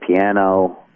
piano